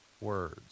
words